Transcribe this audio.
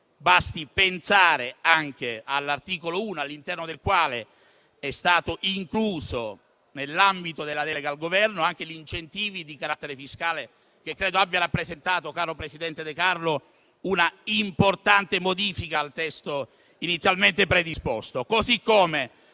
Basti pensare anche all'articolo 1, all'interno del quale sono stati inclusi, nell'ambito della delega al Governo, anche gli incentivi di carattere fiscale, che credo abbiano rappresentato una importante modifica al testo inizialmente predisposto.